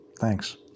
Thanks